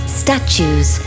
statues